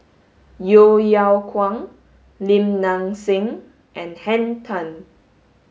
Yeo Yeow Kwang Lim Nang Seng and Henn Tan